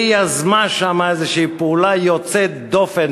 והיא יזמה שם איזושהי פעולה יוצאת דופן